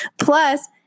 Plus